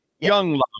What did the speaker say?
Young